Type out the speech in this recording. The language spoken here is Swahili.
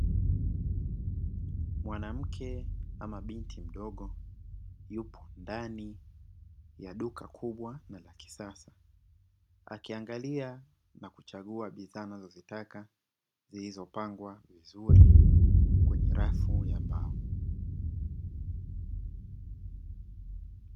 Mwanamke ama binti mdogo yupo ndani ya duka kubwa na la kisasa, akiangalia na kuchagua bidhaa anazozitaka zilizopangwa vizuri kwenye rafu ya mbao.